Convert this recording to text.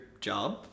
job